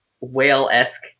whale-esque